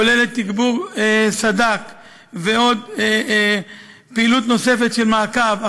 הכוללת תגבור סד"כ ועוד פעילויות נוספות של מעקב,